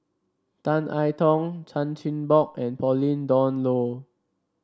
Tan I Tong Chan Chin Bock and Pauline Dawn Loh